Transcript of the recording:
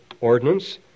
ordinance